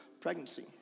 pregnancy